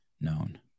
known